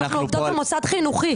אנחנו עובדות במוסד חינוכי.